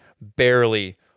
barely